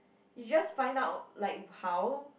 you just find out like how